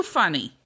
funny